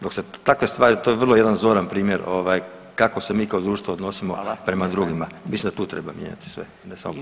Dok se takve stvari, to je vrlo jedan zoran primjer kako se mi kao društvo odnosimo prema [[Upadica Radin: Hvala.]] drugima, mislim da tu treba mijenjati sve ne samo